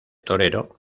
torero